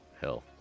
hell